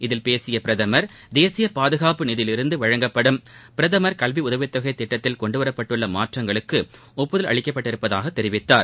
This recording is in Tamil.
இதில் பேசிய பிரதமர் தேசிய பாதுகாப்பு நிதியில் இருந்து வழங்கப்படும் பிரதமர் கல்வி உதவித்தொகை திட்டத்தில் கொண்டுவரப்பட்டுள்ள மாற்றங்களுக்கு ஒப்புதல் அளிக்கப்பட்டுள்ளதாக தெரிவித்தார்